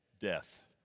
death